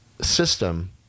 system